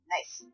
Nice